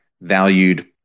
valued